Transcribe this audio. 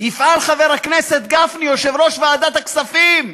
יפעל חבר הכנסת גפני, יושב-ראש ועדת הכספים,